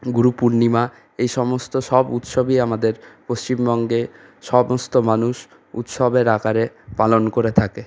গুরুপূর্ণিমা এ সমস্ত সব উৎসবই আমাদের পশ্চিমবঙ্গে সমস্ত মানুষ উৎসবের আকারে পালন করে থাকে